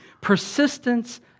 Persistence